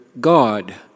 God